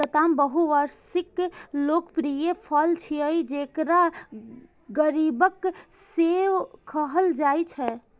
लताम बहुवार्षिक लोकप्रिय फल छियै, जेकरा गरीबक सेब कहल जाइ छै